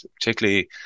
particularly